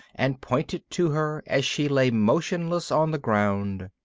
and pointed to her as she lay motionless on the ground.